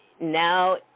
now